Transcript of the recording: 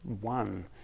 one